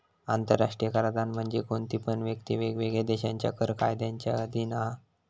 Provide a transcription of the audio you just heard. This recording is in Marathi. आंतराष्ट्रीय कराधान म्हणजे कोणती पण व्यक्ती वेगवेगळ्या देशांच्या कर कायद्यांच्या अधीन हा